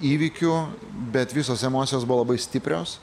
įvykių bet visos emocijos buvo labai stiprios